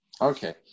Okay